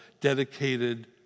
dedicated